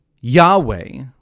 Yahweh